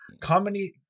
Comedy